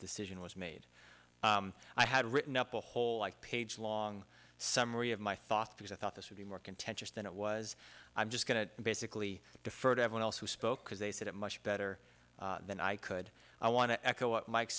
decision was made i had written up a whole like page long summary of my thoughts because i thought this would be more contentious than it was i'm just going to basically deferred everyone else who spoke because they said it much better than i could i want to